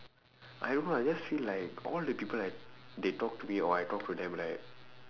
I don't know I just feel like all the people like they talk to me or I talk to them right